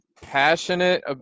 passionate